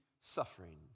suffering